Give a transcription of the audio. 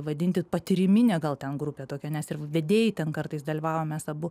vadinti patyriminę gal ten grupė tokia nes ir vedėjai ten kartais dalyvavom mes abu